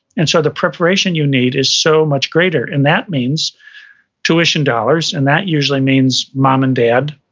and so the preparation you need is so much greater, and that means tuition dollars, and that usually means mom and dad.